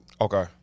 Okay